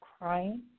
crying